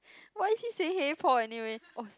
why is he saying hey Paul anyway oh